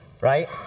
right